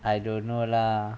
I don't know lah